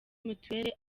mutuelle